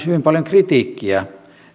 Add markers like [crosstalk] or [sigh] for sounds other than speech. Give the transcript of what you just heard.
[unintelligible] hyvin paljon kritiikkiä